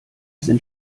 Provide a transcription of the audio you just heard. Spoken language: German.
sind